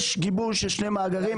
יש גיבוי של שני מאגרים.